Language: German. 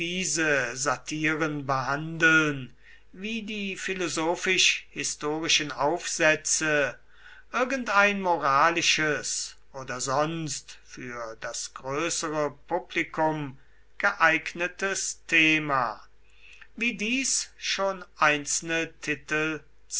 satiren behandeln wie die philosophisch historischen aufsätze irgendein moralisches oder sonst für das größere publikum geeignetes thema wie dies schon einzelne titel